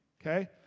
Okay